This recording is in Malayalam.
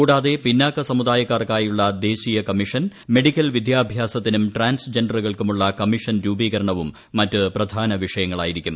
കൂടാതെ പിന്നാക്ക സമുദായക്കാർക്കായുള്ള ദേശീയ കമ്മീഷൻ മെഡിക്കൽ വിദ്യാഭ്യാസത്തിനും ട്രാൻസ്ജന്റുകൾക്കുള്ള കമ്മീഷൻ രൂപീകരണവും മറ്റ് പ്രധാന വിഷയങ്ങളായിരിക്കും